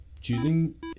choosing